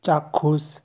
চাক্ষুষ